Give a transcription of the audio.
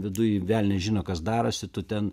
viduj velnias žino kas darosi tu ten